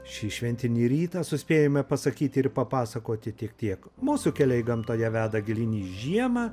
šį šventinį rytą suspėjome pasakyti ir papasakoti tik tiek mūsų keliai gamtoje veda gilyn į žiemą